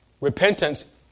repentance